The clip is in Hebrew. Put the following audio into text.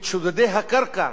את שודדי הקרקע,